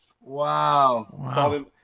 wow